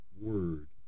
word